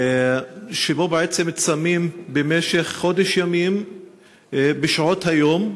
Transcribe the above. שבו, בעצם, צמים במשך חודש ימים בשעות היום.